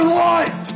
life